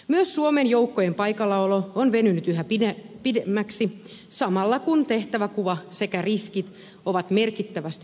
myös suomen joukkojen paikallaolo on venynyt yhä pidemmäksi samalla kun tehtäväkuva sekä riskit ovat merkittävästi muuttuneet